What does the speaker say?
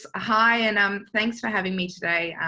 hi, and um thanks for having me today.